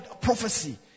prophecy